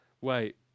Wait